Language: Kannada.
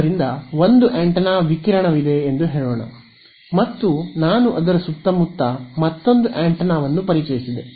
ಆದ್ದರಿಂದ ಒಂದು ಆಂಟೆನಾ ವಿಕಿರಣವಿದೆ ಎಂದು ಹೇಳೋಣ ಮತ್ತು ನಾನು ಅದರ ಸುತ್ತಮುತ್ತ ಮತ್ತೊಂದು ಆಂಟೆನಾವನ್ನು ಪರಿಚಯಿಸಿದೆ